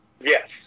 Yes